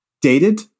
dated